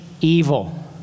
evil